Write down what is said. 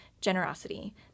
generosity